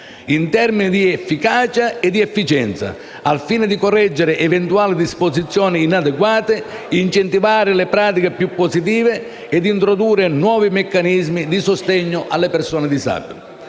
in termini di efficacia ed efficienza, al fine di correggere eventuali disposizioni inadeguate, incentivare le pratiche più positive ed introdurre nuovi meccanismi di sostegno alle persone disabili.